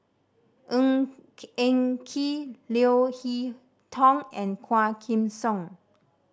Ng Eng Kee Leo Hee Tong and Quah Kim Song